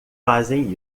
fazem